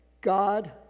God